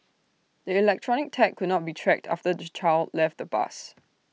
the electronic tag could not be tracked after the child left the bus